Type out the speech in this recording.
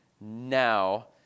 now